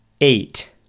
Eight